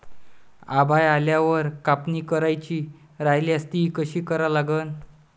आभाळ आल्यावर कापनी करायची राह्यल्यास ती कशी करा लागन?